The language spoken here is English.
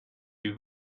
you